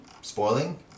spoiling